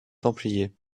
templiers